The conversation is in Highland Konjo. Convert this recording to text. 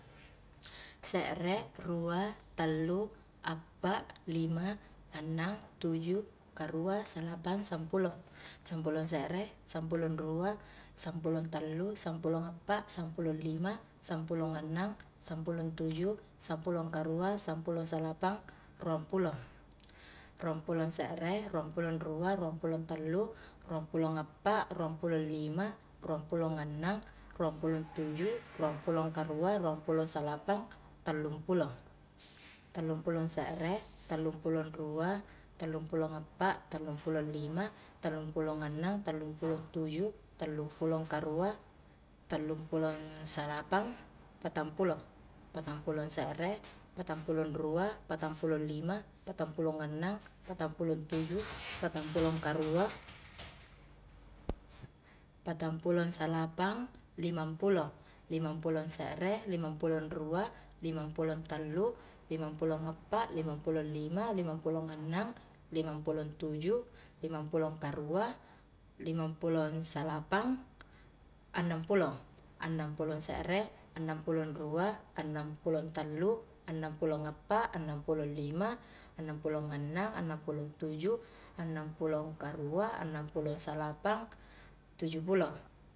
Se're, rua, tallu, appa, lima, annang, tuju, karua, salapang, samplo, sampulo se're, sampulo rua, sampulo tallu, sampulong appa, sampulo lima, sampulo ngannang, sampulo tuju, sampulo karua, sampulo salapang, ruang pulo, ruang pulo se're, ruang pulo rua, ruang pulo tallu, ruang pulo appa, ruang pulo lima, ruang pulo annang, ruang pulo tuju, ruang pulo karua, ruang pulo salapang, tallung pulo, tallung pulo se're, tallung pulo rua, tallung pulo appa, tallung pulo lima, tallung pulo annang, tallung pulo tuju, tallung pulo karua, tallung pulo salapang, patang pulo, patang pulo se're, patang pulo rua, patang pulo lima, patang pulo annang, patang pulo tujuh, patang pulo karua, patang pulo salapang, limang pulo, limang pulo se're, limang pulo rua, limang pulo tallu, limang pulo appa, limang pulo lima, limang pulo annang, limang pulo tuju, limang pulo karua, limang pulo salapang, annang pulo, annang pulo se're, annang pulo rua, annang pulo tallu, annang pulo appa, annang pulo lima, annang pulo annang, annang pulo tuju, annang pulo karua, annang pulo salapang, tuju pulo.